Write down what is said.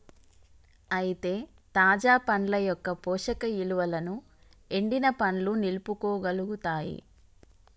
అయితే తాజా పండ్ల యొక్క పోషక ఇలువలను ఎండిన పండ్లు నిలుపుకోగలుగుతాయి